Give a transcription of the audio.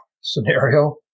scenario